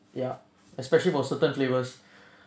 ya especially for certain flavors